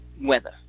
weather